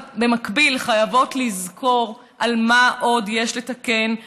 אבל במקביל אנחנו חייבות לזכור מה עוד יש לתקן,